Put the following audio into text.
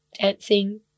dancing